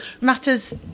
Matters